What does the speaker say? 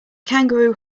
kangaroo